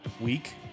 week